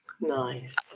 Nice